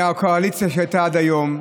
מהקואליציה שהייתה עד היום,